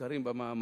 המוזכרים במאמר.